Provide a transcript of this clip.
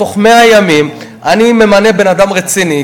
בתוך 100 ימים, אני ממנה בן-אדם רציני.